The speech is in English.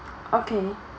okay